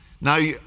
Now